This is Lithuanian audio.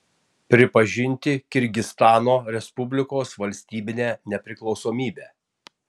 pripažinti kirgizstano respublikos valstybinę nepriklausomybę